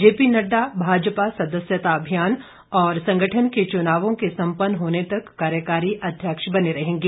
JP Nadda Bhajpa सदस्यता अभियान और संगठन के चुनावों के संपन्न होने तक कार्यकारी अध्यक्ष बने रहेंगे